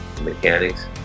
mechanics